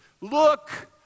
look